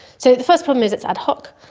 so the first problem is it's ad hoc.